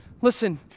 Listen